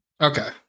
Okay